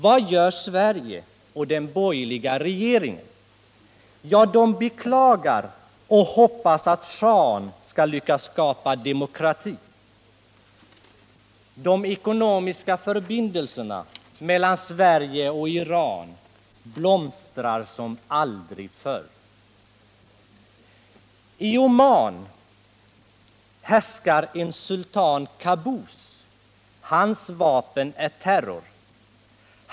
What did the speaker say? Vad gör Sverige och den borgerliga regeringen? Jo, man beklagar och hoppas att shahen skall lyckas skapa demokrati. De ekonomiska förbindelserna mellan Sverige och Iran blomstrar som aldrig förr. I Oman härskar en sultan Qabus. Hans vapen är terror.